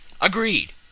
Agreed